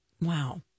Wow